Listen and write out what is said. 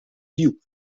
più